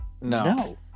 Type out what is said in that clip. No